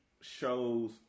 shows